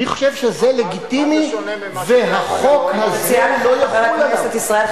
אני חושב שזה לגיטימי והחוק הזה לא יחול עליו.